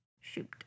Shoot